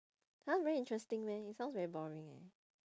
!huh! very interesting meh it sounds very boring eh